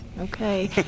okay